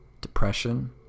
depression